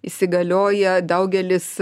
įsigalioja daugelis